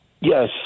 yes